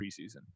preseason